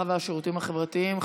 הרווחה והשירותים החברתיים,